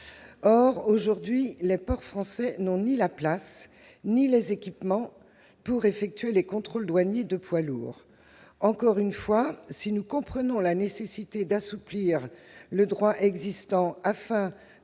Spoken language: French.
Or, aujourd'hui, les ports français n'ont ni la place ni les équipements pour effectuer les contrôles douaniers de poids lourds. Encore une fois, si nous comprenons la nécessité d'assouplir le droit existant afin de